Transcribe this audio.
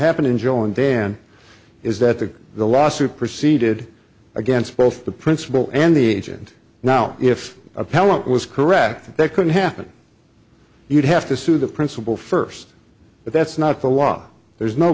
happened in joel and dan is that the the lawsuit proceeded against both the principal and the agent now if appellant was correct that could happen you'd have to sue the principal first but that's not the law there's no